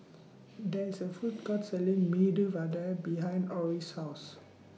There IS A Food Court Selling Medu Vada behind Orris' House